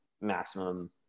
maximum